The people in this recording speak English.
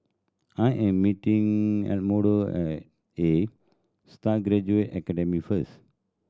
I am meeting Arnoldo at Astar Graduate Academy first